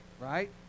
right